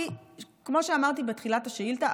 כי כמו שאמרתי בתחילת השאילתה,